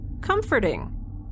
Comforting